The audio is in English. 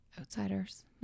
outsiders